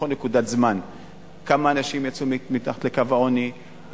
בכל נקודת זמן כמה אנשים יצאו מתחת לקו העוני,